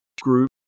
group